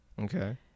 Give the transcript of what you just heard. Okay